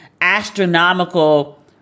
astronomical